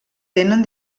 tenen